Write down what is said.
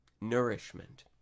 nourishment